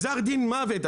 גזר דין מוות,